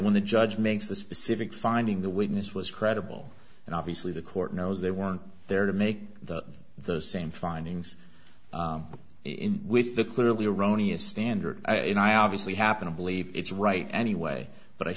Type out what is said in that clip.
the judge makes the specific finding the witness was credible and obviously the court knows they weren't there to make the the same findings in with the clearly erroneous standard and i obviously happen to believe it's right anyway but i